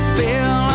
feel